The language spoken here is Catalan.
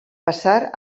passar